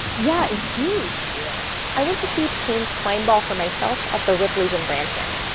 yeah, it's huge. yeah i went to see payne's twine ball for myself at the ripley's in branson.